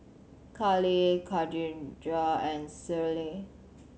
Kallie Kadijah and Schley